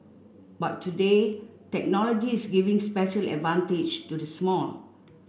but today technology is giving special advantage to the small